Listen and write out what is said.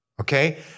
Okay